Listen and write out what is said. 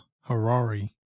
Harari